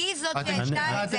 דרך אגב, היא זאת שהעלתה את זה.